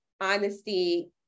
honesty